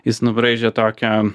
jis nubraižė tokią